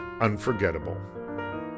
unforgettable